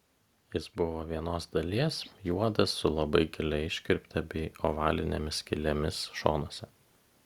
jis buvo vienos dalies juodas su labai gilia iškirpte bei ovalinėmis skylėmis šonuose